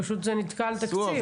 פשוט זה נתקע על תקציב.